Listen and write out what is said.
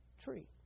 tree